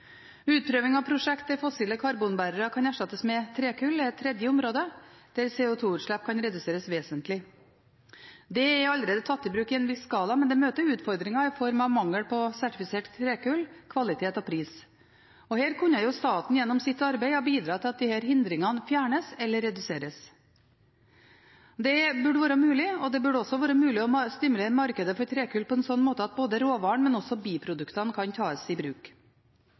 Utprøving av prosjektet der fossile karbonbærere kan erstattes med trekull, er et tredje område der CO2-utslipp kan reduseres vesentlig. Det er allerede tatt i bruk i en viss skala, men det møter utfordringen i form av mangel på sertifisert trekull, kvalitet og pris. Her kunne jo staten gjennom sitt arbeid ha bidratt til at disse hindringene fjernes eller reduseres. Det burde være mulig, og det burde også være mulig å stimulere markedet for trekull på en slik måte at både råvaren og biproduktene kan tas i bruk.